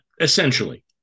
essentially